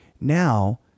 Now